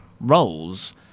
roles